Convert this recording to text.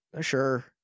Sure